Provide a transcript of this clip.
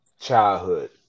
childhood